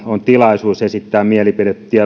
on tilaisuus esittää mielipide